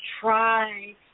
try